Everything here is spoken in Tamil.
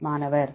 மாணவர் தூரம்